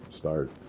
start